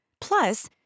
Plus